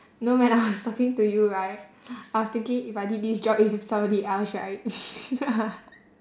no when I was talking to you right I was thinking if I did this job with somebody else right